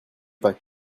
pâques